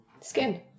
skin